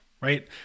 right